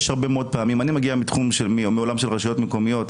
אני מגיע מעולם של רשויות מקומיות.